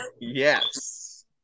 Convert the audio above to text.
Yes